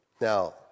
Now